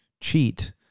cheat